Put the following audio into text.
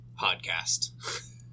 podcast